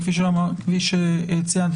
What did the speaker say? כפי שציינתי,